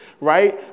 right